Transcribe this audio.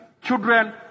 children